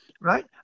Right